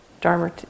dharma